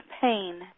pain